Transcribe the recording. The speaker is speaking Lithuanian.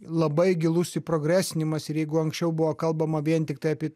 labai gilus įprogresinimas ir jeigu anksčiau buvo kalbama vien tiktai apie